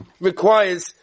requires